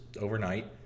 overnight